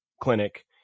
clinic